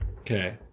Okay